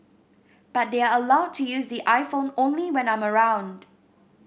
but they are allowed to use the iPhone only when I'm around